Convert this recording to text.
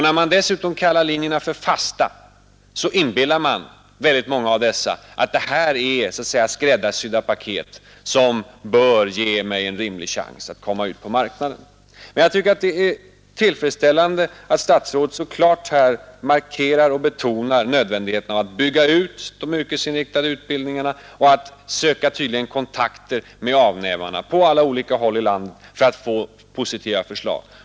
När man dessutom kallar linjerna för fasta inbillar man väldigt många av dessa studenter att detta är så att säga skräddarsydda paket som bör ge en rimlig chans att komma ut på marknaden. Jag tycker det är tillfredsställande att statsrådet så klart betonar nödvändigheten av att bygga ut de yrkesinriktade utbildningarna och söka kontakter med avnämarna på olika håll i landet för att få positiva förslag.